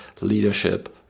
leadership